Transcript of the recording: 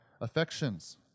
affections